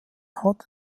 hatte